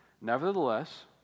Nevertheless